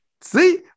See